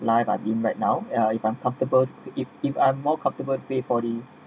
live I been right now uh if I'm comfortable if if I'm more comfortable pay for the